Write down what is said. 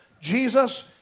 Jesus